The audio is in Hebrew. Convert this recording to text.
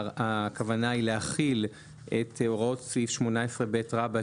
הכוונה היא להחיל את הוראות סעיף 18ב רבתי,